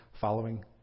Following